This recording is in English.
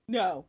no